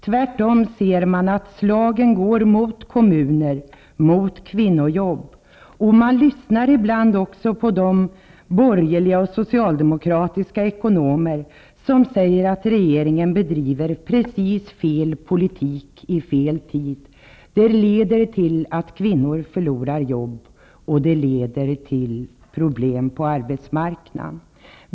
Tvärtom ser man att slagen riktas mot kommuner, mot kvinno jobb. Man lyssnar ibland också på de borgerliga och de socialdemokratiska ekonomer som säger att regeringen bedriver precis fel politik i fel tid. Den politiken leder till att kvinnor förlorar jobb, och den leder till problem på arbetsmarknaden.